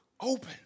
open